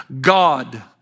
God